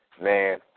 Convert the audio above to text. man